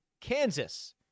Kansas